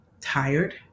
tired